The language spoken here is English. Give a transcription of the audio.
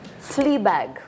Fleabag